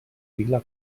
vila